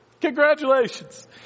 Congratulations